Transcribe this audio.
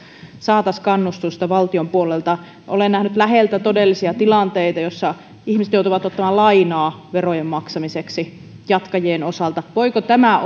saataisiin kannustusta valtion puolelta olen nähnyt läheltä todellisia tilanteita joissa ihmiset joutuvat ottamaan lainaa verojen maksamiseksi jatkajien osalta voiko tämä